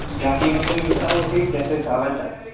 کیا قیمت پہ ملتا ہے وہ چیز جیسے چاول چاہیے